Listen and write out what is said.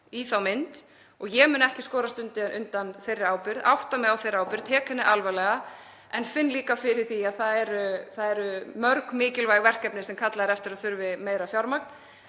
í þeirri mynd. Ég mun ekki skorast undan þeirri ábyrgð. Ég átta mig á þeirri ábyrgð og tek hana alvarlega. Ég finn líka fyrir því að það eru mörg mikilvæg verkefni sem kallað er eftir að þurfi meira fjármagn.